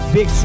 Big